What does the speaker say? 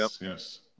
Yes